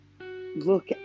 look